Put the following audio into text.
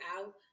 out